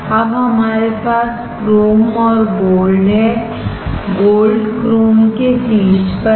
अब हमारे पास क्रोम और गोल्ड है गोल्ड क्रोम के शीर्ष पर है